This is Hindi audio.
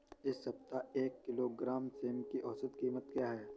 इस सप्ताह एक किलोग्राम सेम की औसत कीमत क्या है?